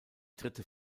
dritte